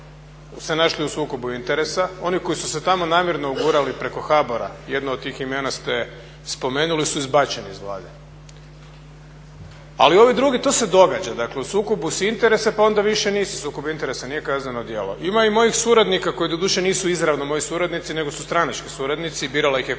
u sukobu interesa. Oni koji su se tamo namjerno ugurali preko HBOR-a, jedno od tih imena ste spomenuli, su izbačeni iz Vlade. Ali ovi drugi, to se događa, dakle u sukobu si interesa pa onda više nisu u sukobu interesa, nije kazneno djelo. Ima i mojih suradnika, koji doduše nisu izravno moji suradnici nego su stranački suradnici, birala ih je konvencija